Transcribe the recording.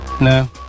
No